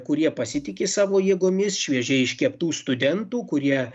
kurie pasitiki savo jėgomis šviežiai iškeptų studentų kurie